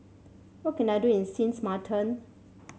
what can I do in Sins Maarten